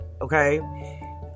okay